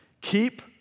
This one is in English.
keep